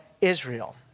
Israel